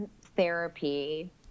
therapy